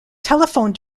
telephone